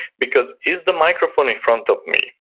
because is the microphone in front me,